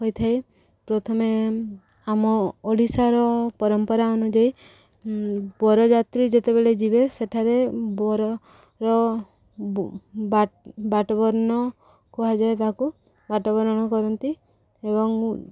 ହୋଇଥାଏ ପ୍ରଥମେ ଆମ ଓଡ଼ିଶାର ପରମ୍ପରା ଅନୁଯାୟୀ ବରଯାତ୍ରୀ ଯେତେବେଳେ ଯିବେ ସେଠାରେ ବରର ବାଟ ବରଣ କୁହାଯାଏ ତାକୁ ବାଟ ବରଣ କରନ୍ତି ଏବଂ